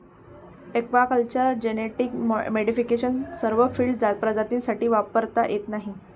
aquaculture genetic modification सर्व field प्रजातींसाठी वापरता येत नाही